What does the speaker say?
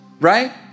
right